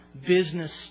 business